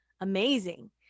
amazing